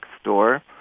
store